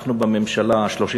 אנחנו בממשלה ה-33.